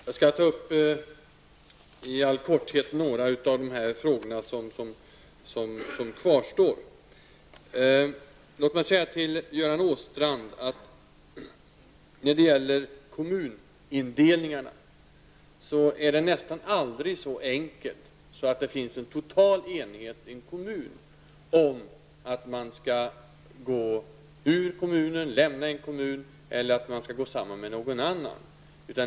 Herr talman! Jag skall i all korthet ta upp några av de frågor som kvarstår. När det gäller kommunindelningarna vill jag säga några ord till Göran Åstrand. Det är nästan aldrig så enkelt att i en kommun finns en total enighet om att man skall lämna en kommun eller att man skall gå samman med någon annan.